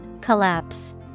Collapse